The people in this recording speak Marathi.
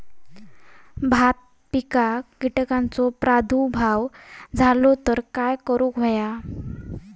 भात पिकांक कीटकांचो प्रादुर्भाव झालो तर काय करूक होया?